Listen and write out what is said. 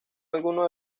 algunos